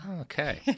Okay